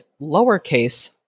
lowercase